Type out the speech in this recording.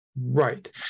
right